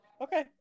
Okay